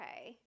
okay